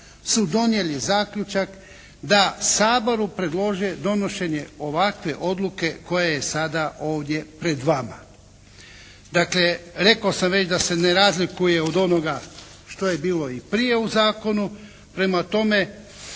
su donijeli zaključak da Saboru predlože donošenje ovakve odluke koja je sada ovdje pred vama. Dakle, rekao sam već da se ne razlikuje od onoga što je bilo i prije u zakonu, prema tome